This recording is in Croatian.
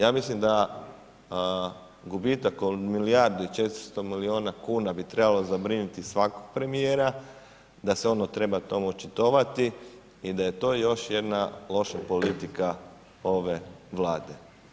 Ja mislim da gubitak od milijardi i 400 milijuna kuna, bi trebalo zabrinuti svakog premjera, da se on treba o tome očitovati i da je to još jedna loša politika ove vlade.